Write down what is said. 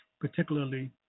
particularly